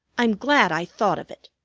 i'm glad i thought of it.